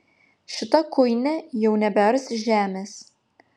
šita kuinė jau nebears žemės